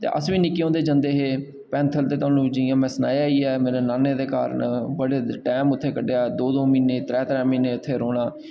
अस बी निक्के होंदे जंदे हे पैंथल ते थुहानूं जि'यां में सनाया में नान्ने दे घर बड़े टैम उत्थै कड्ढेआ दो दो म्हीने त्रै त्रै म्हीने रौह्ना